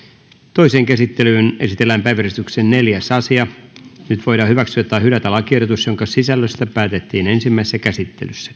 toiseen käsittelyyn esitellään päiväjärjestyksen neljäs asia nyt voidaan hyväksyä tai hylätä lakiehdotus jonka sisällöstä päätettiin ensimmäisessä käsittelyssä